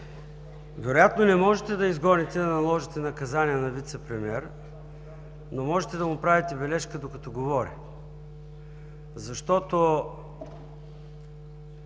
Вероятно не можете да изгоните и да наложите наказание на вицепремиер, но можете да му правите забележки, докато говори. Защото